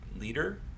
leader